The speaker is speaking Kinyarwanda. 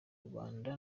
rwanda